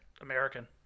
American